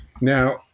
Now